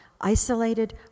isolated